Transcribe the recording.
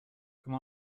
come